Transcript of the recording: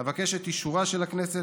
אבקש את אישורה של הכנסת.